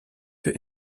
für